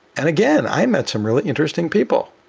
and again, i met some really interesting people.